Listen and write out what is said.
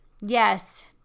Yes